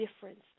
difference